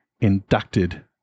inducted